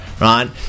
right